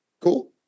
Cool